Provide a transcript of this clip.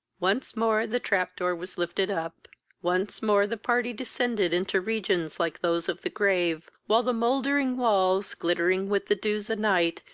once more the trap-door was lifted up once more the party descended into regions like those of the grave, while the mouldering walls, glittering with the dews of night,